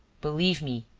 believe me,